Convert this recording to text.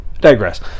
digress